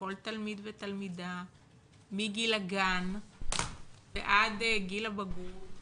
לכל תלמיד ותלמידה מגיל הגן ועד גיל הבגרות,